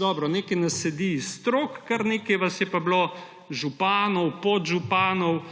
dobro, nekaj nas sedi iz strok, kar nekaj vas je pa bilo županov, podžupanov.